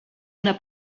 una